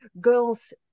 girls